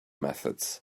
methods